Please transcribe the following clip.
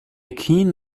keen